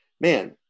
Man